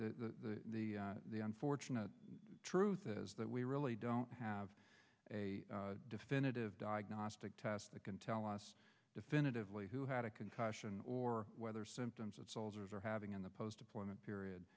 our the unfortunate truth is that we really don't have a definitive diagnostic test that can tell us definitively who had a concussion or whether symptoms of soldiers are having in the post deployment period